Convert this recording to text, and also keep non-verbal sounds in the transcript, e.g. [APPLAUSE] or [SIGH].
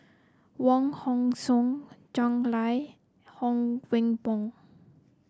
Wong Hong Suen [UNINTELLIGIBLE] Lai Huang Wenhong